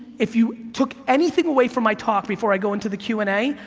if you took anything away from my talk before i go into the q and a,